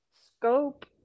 scope